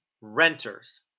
renters